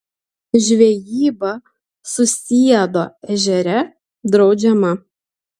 žvejyba susiedo ežere draudžiama